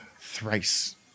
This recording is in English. Thrice